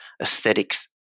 aesthetics